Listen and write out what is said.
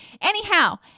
Anyhow